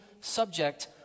subject